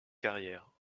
carrière